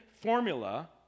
formula